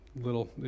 little